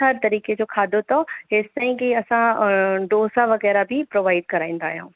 हर तरीक़े जो खादो अथव हेस तईं की असां डोसा वग़ैरह बी प्रोवाइड कराईंदा आहियूं